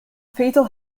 fatal